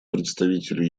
представителю